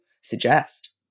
suggest